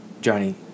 Johnny